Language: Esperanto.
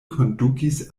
kondukis